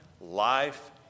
life